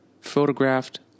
photographed